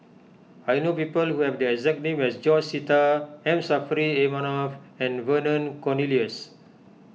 I know people who have the exact name as George Sita M Saffri A Manaf and Vernon Cornelius